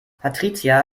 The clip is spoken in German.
patricia